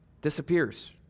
disappears